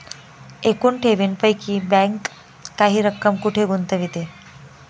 एकूण ठेवींपैकी बँक काही रक्कम कुठे गुंतविते?